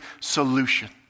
solution